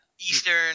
Eastern